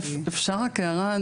אפשר הערה?